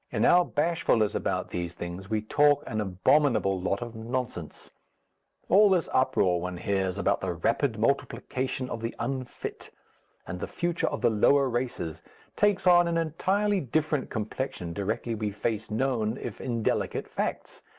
in our bashfulness about these things we talk an abominable lot of nonsense all this uproar one hears about the rapid multiplication of the unfit and the future of the lower races takes on an entirely different complexion directly we face known, if indelicate, facts.